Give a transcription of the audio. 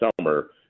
summer